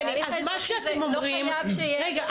בהליך האזרחי לא חייב שיהיה --- שנייה,